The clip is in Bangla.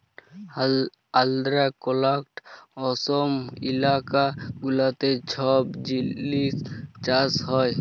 আল্ধ্রা, কর্লাটক, অসম ইলাকা গুলাতে ছব সিল্ক চাষ হ্যয়